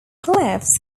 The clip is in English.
cliffs